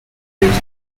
leaves